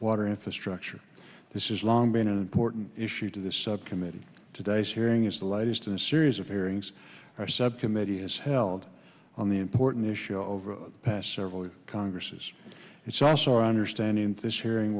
water infrastructure this is long been a court an issue to the subcommittee today's hearing is the latest in a series of hearings are subcommittee has held on the important issue over the past several congresses it's also our understanding this hearing